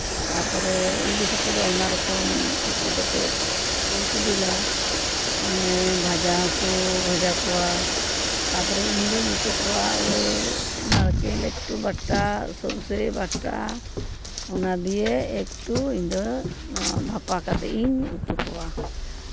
ᱛᱟᱨᱯᱚᱨᱮ ᱤᱞᱤᱥ ᱦᱟᱹᱠᱩ ᱫᱚ ᱟᱭᱢᱟ ᱨᱚᱠᱚᱢ ᱩᱛᱩ ᱠᱟᱛᱮᱫ ᱠᱚ ᱥᱤᱵᱤᱞᱟ ᱦᱮᱸ ᱵᱷᱟᱡᱟ ᱦᱚᱸᱠᱚ ᱵᱷᱟᱡᱟ ᱠᱚᱣᱟ ᱛᱟᱨᱯᱚᱨᱮ ᱤᱧ ᱫᱩᱧ ᱩᱛᱩ ᱠᱚᱣᱟ ᱳᱭ ᱱᱟᱲᱠᱮᱞ ᱮᱠᱴᱩ ᱵᱟᱴᱟ ᱥᱚᱨᱥᱮ ᱵᱟᱴᱟ ᱚᱱᱟᱜᱮ ᱮᱠᱴᱩ ᱤᱧ ᱫᱚ ᱵᱷᱟᱯᱟ ᱠᱟᱛᱮᱫ ᱤᱧ ᱩᱛᱩ ᱠᱚᱣᱟ